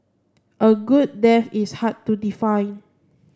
a good death is hard to define